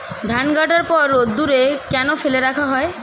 ধান কাটার পর রোদ্দুরে কেন ফেলে রাখা হয়?